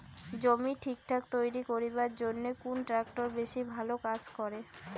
জমি ঠিকঠাক তৈরি করিবার জইন্যে কুন ট্রাক্টর বেশি ভালো কাজ করে?